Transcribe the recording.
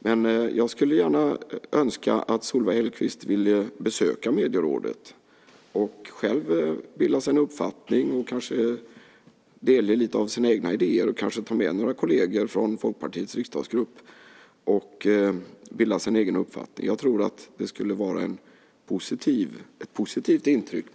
Men jag skulle gärna önska att Solveig Hellquist ville ta med några kolleger från Folkpartiets riksdagsgrupp och besöka Medierådet för att bilda sig en egen uppfattning och kanske delge lite av sina egna idéer. Jag tror att det skulle vara ett positivt intryck.